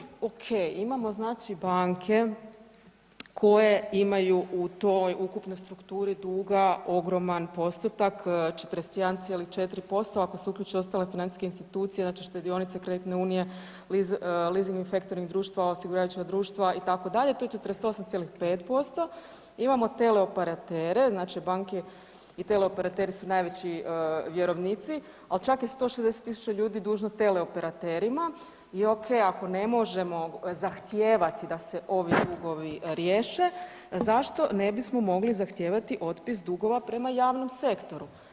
Dobro, ono što je zanimljivo znači, okej, imamo znači banke koje imaju u toj ukupnoj strukturi duga ogroman postotak, 41,4%, ako se uključe ostale financijske institucije, znači štedionice, kreditne unije, leasing i faktoring društva, osiguravajuća društva, itd., to je 48,5%, imamo teleoperatere, znači banke i teleoperateri su najveći vjerovnici, ali čak je 160 tisuća ljudi dužno teleoperaterima, i okej ako ne možemo zahtijevati da se ovi dugovi riješe, zašto ne bismo mogli zahtijevati otpis dugova prema javnom sektoru?